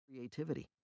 Creativity